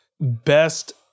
best